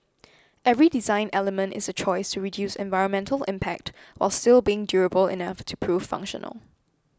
every design element is a choice reduce environmental impact while still being durable enough to prove functional